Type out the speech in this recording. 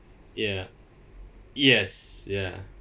ya yes ya